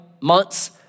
months